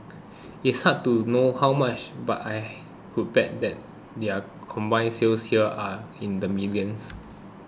it's hard to know how much but I would bet that their combined sales here are in the millions